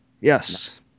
Yes